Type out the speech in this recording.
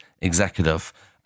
Executive